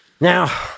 Now